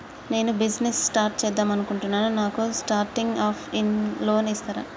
నేను business start చేద్దామనుకుంటున్నాను నాకు స్టార్టింగ్ అప్ లోన్ ఇస్తారా?